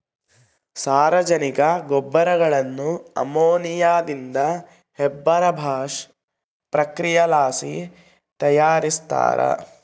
ಸಾರಜನಕ ಗೊಬ್ಬರಗುಳ್ನ ಅಮೋನಿಯಾದಿಂದ ಹೇಬರ್ ಬಾಷ್ ಪ್ರಕ್ರಿಯೆಲಾಸಿ ತಯಾರಿಸ್ತಾರ